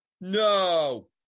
No